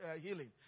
healing